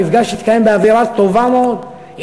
והמפגש התקיים באווירה טובה מאוד,